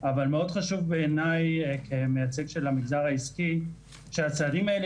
אבל מאוד חשוב בעיני כמייצג של המגזר העסקי שהצעדים האלה